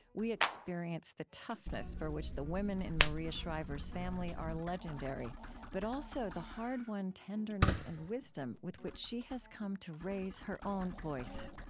we experience the toughness for which the women in maria shriver's family are legendary but also the hard-won tenderness and wisdom with which she has come to raise her own voice